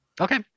Okay